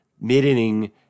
mid-inning